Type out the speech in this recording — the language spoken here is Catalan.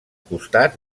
costats